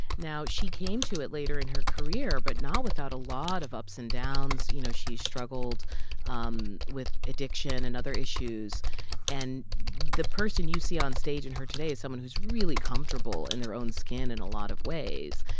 now, she came to it later in her career but not without a lot of ups and downs. you know, she struggled um with addiction and other issues and the person you see on stage in her today is someone who's really comfortable in their own skin in a lot of ways.